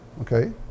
okay